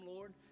Lord